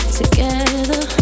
together